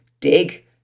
dig